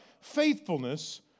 faithfulness